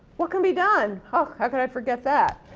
what could be done, how could i forget that.